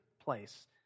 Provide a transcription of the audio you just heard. place